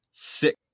Six